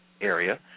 area